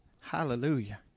Hallelujah